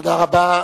תודה רבה.